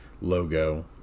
logo